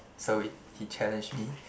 so we he challenge me